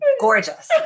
gorgeous